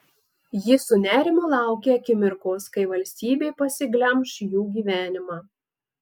ji su nerimu laukė akimirkos kai valstybė pasiglemš jų gyvenimą